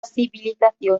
civilización